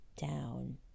down